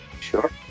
Sure